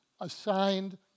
assigned